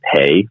pay